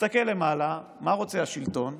יסתכל למעלה: מה רוצה השלטון?